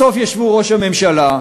בסוף ישבו ראש הממשלה,